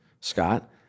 Scott